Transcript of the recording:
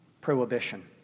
prohibition